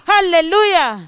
Hallelujah